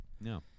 No